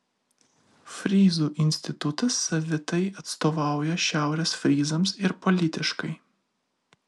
fryzų institutas savitai atstovauja šiaurės fryzams ir politiškai